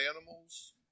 animals